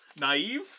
naive